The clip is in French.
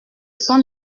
sont